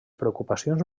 preocupacions